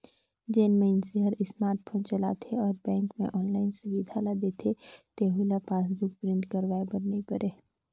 जेन मइनसे हर स्मार्ट फोन चलाथे अउ बेंक मे आनलाईन सुबिधा ल देथे तेहू ल पासबुक प्रिंट करवाये बर नई परे